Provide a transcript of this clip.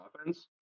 offense